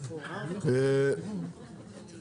נפסקה בשעה 10:29 ונתחדשה בשעה 10:47.) אני